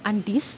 aunts